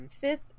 Fifth